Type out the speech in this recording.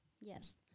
Yes